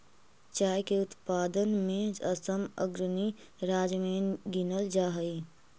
चाय के उत्पादन में असम अग्रणी राज्य में गिनल जा हई